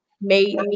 made